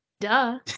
duh